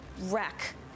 wreck